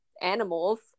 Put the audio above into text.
animals